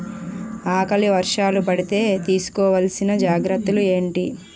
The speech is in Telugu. ఆకలి వర్షాలు పడితే తీస్కో వలసిన జాగ్రత్తలు ఏంటి?